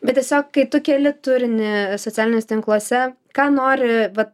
bet tiesiog kai tu keli turinį socialiniuose tinkluose ką nori va